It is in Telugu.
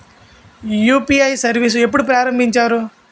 యు.పి.ఐ సర్విస్ ఎప్పుడు ప్రారంభించారు?